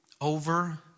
over